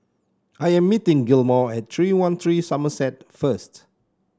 I am meeting Gilmore at Three one three Somerset first